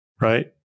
right